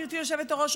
גברתי היושבת-ראש,